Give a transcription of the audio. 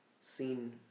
seen